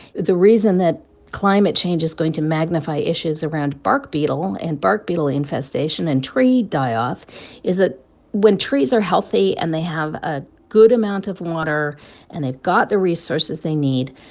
the reason that climate change is going to magnify issues around bark beetle and bark beetle infestation and tree die-off is that when trees are healthy and they have a good amount of water and they've got the resources they need,